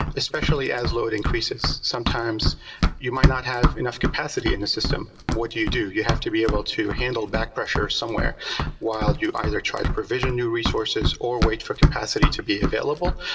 especially as load increases. sometimes you might not have enough capacity in the system. what do you do? you have to be able to handle back pressure somewhere while you either charge provision new resources or wait for capacity to be available.